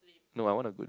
no I want a good